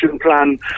plan